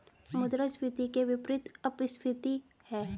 मुद्रास्फीति के विपरीत अपस्फीति है